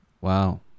Wow